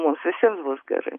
mums visiems bus gerai